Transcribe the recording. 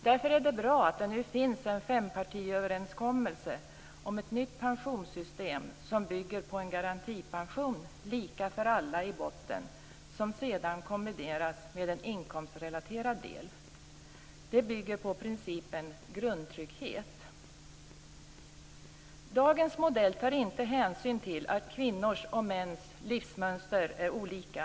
Därför är det bra att det nu finns en fempartiöverenskommelse om ett nytt pensionssystem som bygger på en garantipension - i botten lika för alla - som sedan kombineras med en inkomstrelaterad del. Det bygger på principen om grundtrygghet. Dagens modell tar inte hänsyn till att kvinnors och mäns livsmönster är olika.